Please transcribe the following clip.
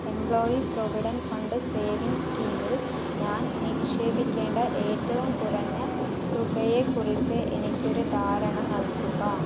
employee provident fund savings സ്കീമിൽ ഞാൻ നിക്ഷേപിക്കേണ്ട ഏറ്റവും കുറഞ്ഞ തുകയെ കുറിച്ച് എനിക്ക് ഒരു ധാരണ നൽകുക